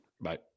Bye